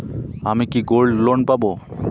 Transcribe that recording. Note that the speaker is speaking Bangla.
আমি কি গোল্ড লোন পাবো?